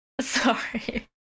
Sorry